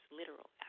literal